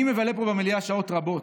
אני מבלה פה במליאה שעות רבות.